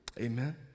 Amen